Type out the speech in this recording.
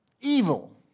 evil